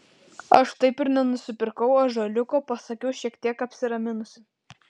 aš taip ir nenusipirkau ąžuoliuko pasakiau šiek tiek apsiraminusi